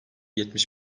yetmiş